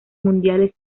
mundiales